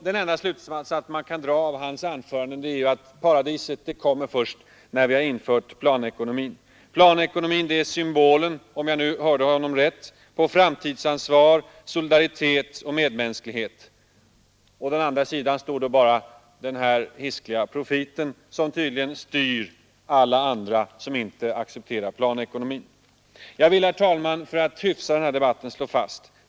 Den enda slutsatsen man kan dra av hans anförande är att paradiset kommer först när vi har infört planekonomi. Planekonomin, det är symbolen — om jag nu hörde honom rätt — för framtidsansvar, solidaritet och medmänsklighet. På den andra sidan står bara den hiskliga profiten, som tydligen styr alla oss som inte accepterar planekonomin. Jag vill, herr talman, för att hyfsa den här debatten slå fast följande.